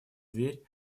дверь